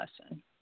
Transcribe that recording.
lesson